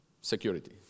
security